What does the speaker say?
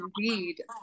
indeed